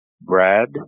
Brad